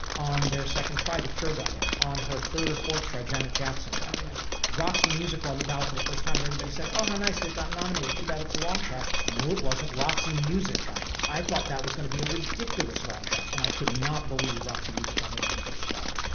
on their second try, the cure got in on her third or fourth try janet jackson got in roxy music, were on the ballot for the first time and everybody said, oh, how nice they've got nominated. too bad it's a long shot. no, it wasn't. roxy music. got it. i thought that was gonna be a ridiculous long shot and i could not believe roxy music got in on the first try.